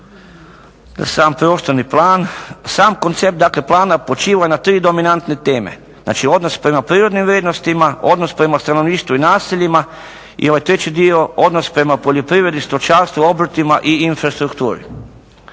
sam prostorni plan. Sam koncept dakle plana počiva na tri dominantne teme. Znači odnos prema prirodnim vrijednostima, odnos prema stanovništvu i naseljima i ovaj treći dio odnos prema poljoprivredi, stočarstvu, obrtima i infrastrukturi.